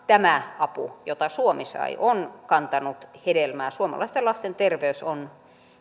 tämä apu jota suomi sai on kantanut hedelmää suomalaisten lasten terveys on